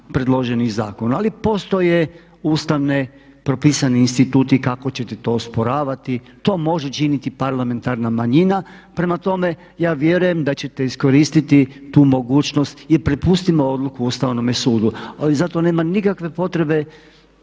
predloženih zakona ali postoje ustavne, propisani instituti kako ćete to osporavati, to može činiti parlamentarna manjina. Prema tome ja vjerujem da ćete iskoristiti tu mogućnost i prepustimo odluku Ustavnome sudu. Ali zato nema nikakve potrebe